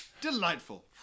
Delightful